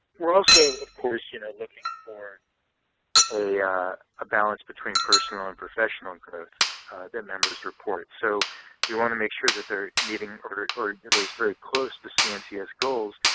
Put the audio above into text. we're also, of course, you know looking for a ah balance between personal and professional and code the members' report. so you want to make sure that they're meeting or at least very close to cncs goals,